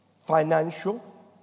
financial